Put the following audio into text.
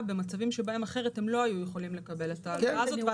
במצבים שבהם אחרת הם לא היו יכולים לקבל את ההלוואה הזאת.